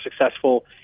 successful